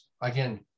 Again